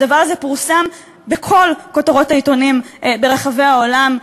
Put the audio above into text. הדבר הזה פורסם בכל כותרות העיתונים ברחבי העולם,